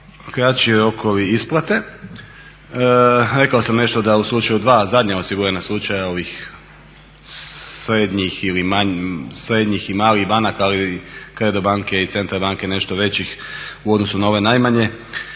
kraći rokovi isplate. Rekao sam nešto da u slučaju dva zadnja osigurana slučaja ovih srednjih ili manjih, srednjih i malih banaka ali Credo banke i Centar banke nešto većih u odnosu na ove najmanje